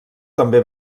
també